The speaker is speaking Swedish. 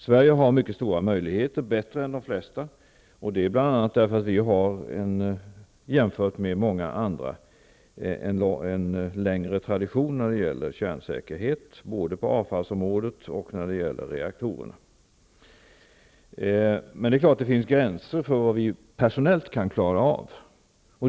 Sverige har mycket stora möjligheter, bättre än de flesta, bl.a. därför att vi, jämfört med andra, har en längre tradition när det gäller kärnsäkerhet, både på avfallsområdet och när det gäller reaktorerna. Men naturligtvis finns det gränser för vad vi kan klara av personellt.